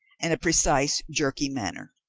and a precise, jerky manner.